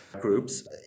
groups